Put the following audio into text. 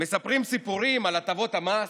מספרים סיפורים על הטבות המס,